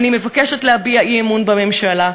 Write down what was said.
אני מבקשת להביע אי-אמון בממשלה.